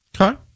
Okay